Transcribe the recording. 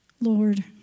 Lord